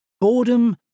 Boredom